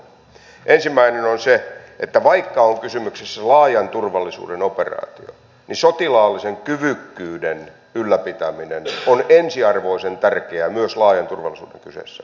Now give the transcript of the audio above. ensimmäinen on se että vaikka on kysymyksessä laajan turvallisuuden operaatio niin sotilaallisen kyvykkyyden ylläpitäminen on ensiarvoisen tärkeää myös laajan turvallisuuden kyseessä ollen